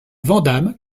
vandamme